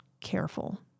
careful